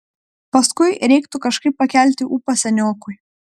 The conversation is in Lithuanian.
paskui reiktų kažkaip pakelti ūpą seniokui